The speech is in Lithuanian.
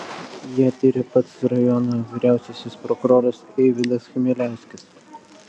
ją tiria pats rajono vyriausiasis prokuroras eivydas chmieliauskis